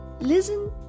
listen